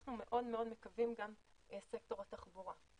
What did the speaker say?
ואנחנו מאוד מאוד מקווים גם סקטור התחבורה.